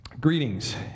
greetings